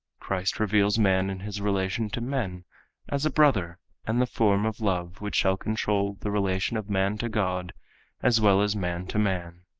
christ reveals man in his relation to men as a brother and the form of love which shall control the relation of man to god as well as man to man.